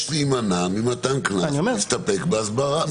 להימנע ממתן קנס ולהסתפק באזהרה".